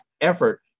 effort